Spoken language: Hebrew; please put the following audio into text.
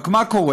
רק מה קורה?